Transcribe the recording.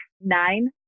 nine